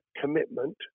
commitment